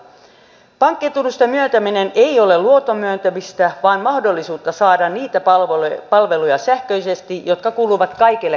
pankkitunnusten myöntäminen ei ole luoton myöntämistä vaan mahdollisuus saada sähköisesti niitä palveluja jotka kuuluvat kaikille kansalaisille